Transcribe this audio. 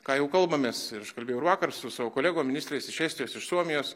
ką jau kalbamės ir aš kalbėjau ir vakar su savo kolegom ministrais iš estijos iš suomijos